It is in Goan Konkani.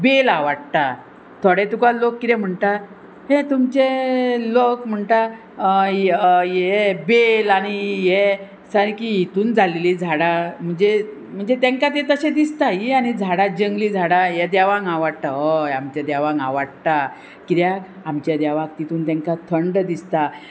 बेल आवडटा थोडे तुका लोक किदें म्हणटा हे तुमचे लोक म्हणटा ये बेल आनी हे सारकी हितून जालेली झाडां म्हणजे म्हणजे तांकां तें तशें दिसता ही आनी झाडां जंगली झाडां हे देवाक आवडटा हय आमच्या देवाक आवाडटा कित्याक आमच्या देवाक तितून तांकां थंड दिसता